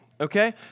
Okay